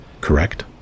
correct